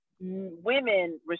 women